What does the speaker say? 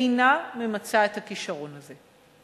אינה ממצה את הכשרון הזה?